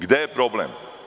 Gde je problem?